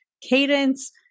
cadence